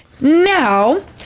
Now